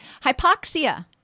Hypoxia